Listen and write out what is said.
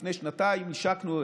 לפני שנתיים השקנו,